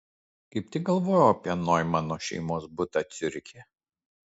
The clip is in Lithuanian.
kaip tik galvojau apie noimano šeimos butą ciuriche